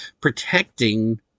protecting